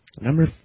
Number